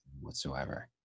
whatsoever